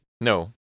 No